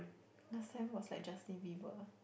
last time was like Justin-Bieber